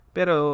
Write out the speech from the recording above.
Pero